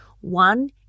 One